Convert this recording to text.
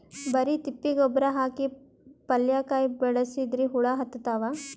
ಬರಿ ತಿಪ್ಪಿ ಗೊಬ್ಬರ ಹಾಕಿ ಪಲ್ಯಾಕಾಯಿ ಬೆಳಸಿದ್ರ ಹುಳ ಹತ್ತತಾವ?